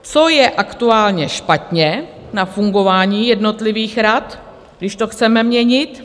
Co je aktuálně špatně na fungování jednotlivých rad, když to chceme měnit?